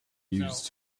used